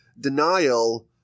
denial